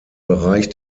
bereich